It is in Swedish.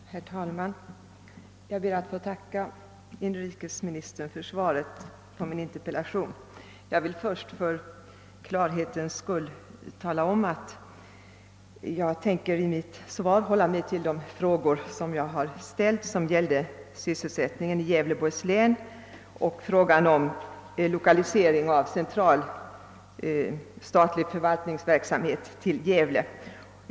Herr talman! Jag ber att få tacka inrikesministern för svaret på min interpellation. För klarhetens skull vill jag först tala om att jag i mitt svar tänker hålla mig till de frågor som jag har ställt och som gäller sysselsättningen i Gävleborgs län och frågan om lokaliseringen av central statlig förvaltningsverksamhet till Gävle.